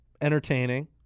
entertaining